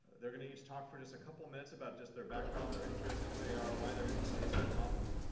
they're going to each talk for just a couple of minutes about just their background, their interests, who they are, why they're interested in this problem.